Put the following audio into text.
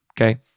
okay